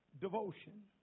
devotion